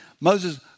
Moses